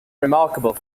remarkable